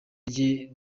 rye